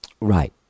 Right